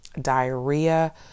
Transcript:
diarrhea